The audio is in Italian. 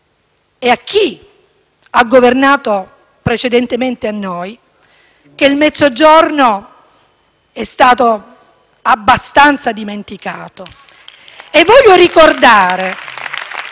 e a chi ha governato precedentemente a noi che il Mezzogiorno è stato abbastanza dimenticato. *(Applausi dal